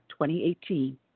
2018